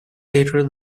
later